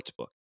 Sportsbook